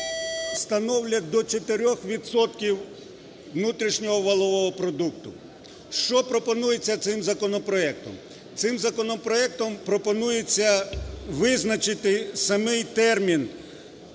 становлять до 4 відсотків внутрішнього валового продукту. Що пропонується цим законопроектом? Цим законопроектом пропонується визначити самий термін